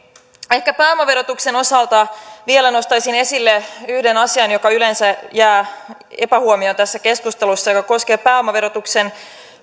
ehkä pääomaverotuksen osalta vielä nostaisin esille yhden asian joka yleensä jää epähuomioon tässä keskustelussa ja joka koskee pääomaverotuksen